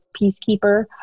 peacekeeper